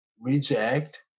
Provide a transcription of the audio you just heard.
reject